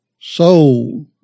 soul